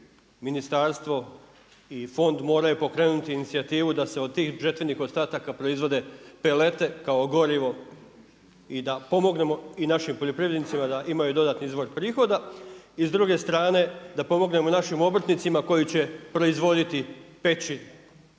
ministarstvo i fond moraju pokrenuti inicijativu da se od tih žetvenih ostataka proizvode pelete kao gorivo i da pomognemo i našim poljoprivrednicima da imaju dodatni izvor prihoda. I s druge strane da pomognemo našim obrtnicima koji će proizvoditi peći